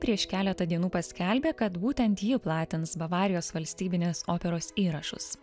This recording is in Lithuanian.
prieš keletą dienų paskelbė kad būtent ji platins bavarijos valstybinės operos įrašus